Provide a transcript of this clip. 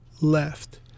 left